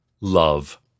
Love